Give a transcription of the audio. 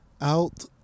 out